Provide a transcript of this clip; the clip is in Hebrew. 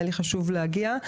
היה חשוב להגיע.